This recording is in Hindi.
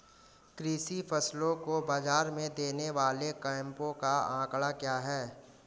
कृषि फसलों को बाज़ार में देने वाले कैंपों का आंकड़ा क्या है?